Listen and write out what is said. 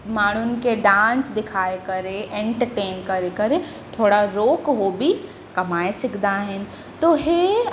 माण्हुनि खे डांस ॾेखारे करे एंटरटेन करे करे थोरा रोक उहो बि कमाए सघंदा आहिनि त इहे